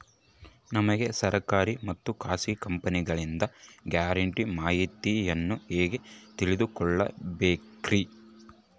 ನಮಗೆ ಸರ್ಕಾರಿ ಮತ್ತು ಖಾಸಗಿ ಕಂಪನಿಗಳಿಂದ ಗ್ಯಾರಂಟಿ ಮಾಹಿತಿಯನ್ನು ಹೆಂಗೆ ತಿಳಿದುಕೊಳ್ಳಬೇಕ್ರಿ?